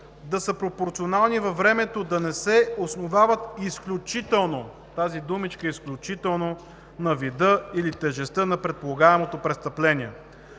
да са пропорционални във времето, да не се основават изключително – тази думичка е „изключително“ – на вида или тежестта на предполагаемото престъпление“.